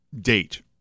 date